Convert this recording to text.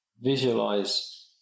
visualize